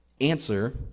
answer